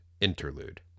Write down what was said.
Interlude